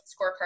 scorecard